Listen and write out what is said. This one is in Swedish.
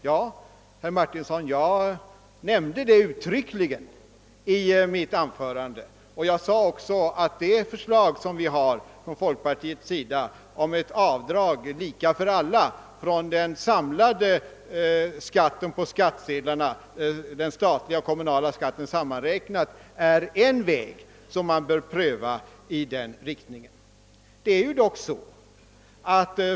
Jag nämnde ju detta uttryckligen i mitt anförande, herr Martinsson, och sade också att folkpartiets förslag om ett avdrag som är lika för alla och som göres på en sammanräkning av den statliga och kommunala skatten är en väg som bör prövas.